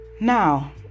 Now